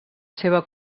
seva